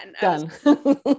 Done